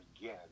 again